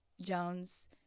Jones